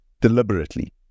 deliberately